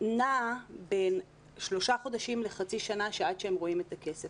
נע בין 3 חודשים לחצי שנה, עד שהם רואים את הכסף.